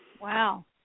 Wow